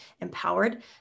empowered